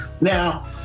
Now